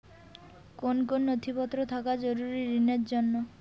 কোন কোন নথিপত্র থাকা জরুরি ঋণের জন্য?